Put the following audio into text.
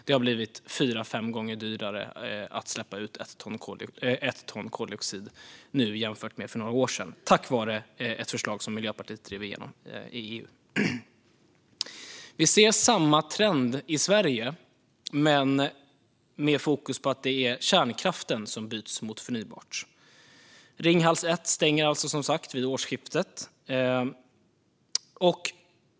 Det har blivit fyra fem gånger dyrare att släppa ut 1 ton koldioxid nu jämfört med för några år sedan tack vare ett förslag som Miljöpartiet drev igenom i EU. Vi ser samma trend i Sverige men med fokus på att det är kärnkraften som byts mot förnybart. Ringhals 1 stänger vid årsskiftet.